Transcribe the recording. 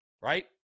right